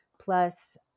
plus